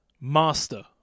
Master